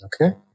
Okay